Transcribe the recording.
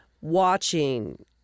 watching